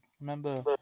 Remember